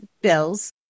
bills